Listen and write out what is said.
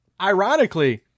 ironically